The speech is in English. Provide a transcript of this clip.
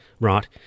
right